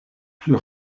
plus